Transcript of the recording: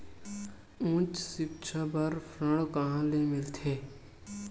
उच्च सिक्छा बर ऋण कहां ले मिलही?